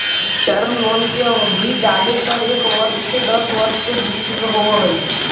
term loan के अवधि जादेतर एक वर्ष से दस वर्ष के बीच होवऽ हई